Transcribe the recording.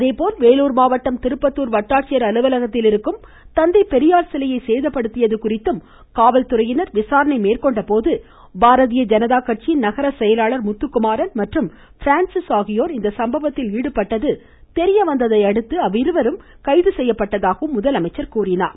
அதேபோல் வேலூர் மாவட்டம் திருப்பத்தூர் வட்டாட்சியர் அலுவலகத்தில் இருக்கும் தந்தை பெரியார் சிலையை சேதப்படுத்தியது குறித்தும் காவல்துறையினர் விசாரணை மேற்கொண்டபோது பாரதிய ஜனதா கட்சியின் நகர செயலாளர் முத்துக்குமாரன் மற்றும் பிரான்சிஸ் ஆகியோர் இச்சம்பவத்தில் ஈடுபட்டது தெரிய வந்ததையடுத்து இவ்விருவரும் கைது செய்யப்பட்டதாக குறிப்பிட்டார்